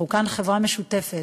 אנחנו כאן חברה משותפת.